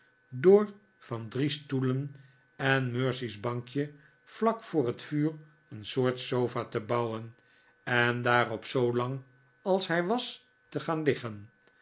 door van drie stoelen en mercy's bankje vlak voor het vuur een soort sofa te bouwen en dtfarop zoolang als hij was te gaan liggen